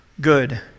good